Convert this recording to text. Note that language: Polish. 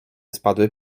spadły